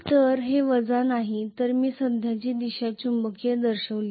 तर हे वजा नाही तर मी सध्याची दिशा चुकीची दर्शविली आहे